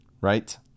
right